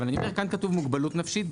אבל כאן כתוב מוגבלות נפשית,